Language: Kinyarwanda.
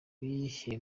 kwicwa